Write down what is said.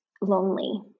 lonely